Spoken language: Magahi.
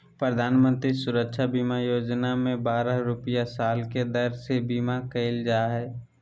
प्रधानमंत्री सुरक्षा बीमा योजना में बारह रुपया साल के दर से बीमा कईल जा हइ